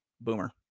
Boomer